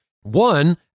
one